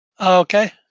Okay